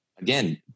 again